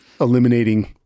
eliminating